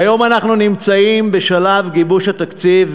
כיום אנחנו נמצאים בשלב גיבוש התקציב,